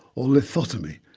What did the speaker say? or lithotomy,